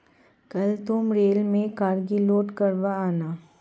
कल तुम रेल में कार्गो लोड करवा आना